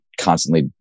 constantly